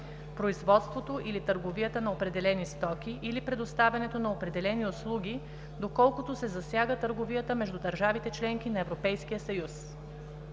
производството или търговията на определени стоки, или предоставянето на определени услуги, доколкото се засяга търговията между държавите-членки на Европейския съюз.